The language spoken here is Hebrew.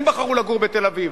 הם בחרו לגור בתל-אביב,